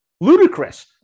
ludicrous